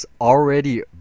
already